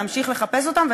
להמשיך לחפש אותם.